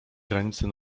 granicy